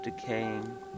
decaying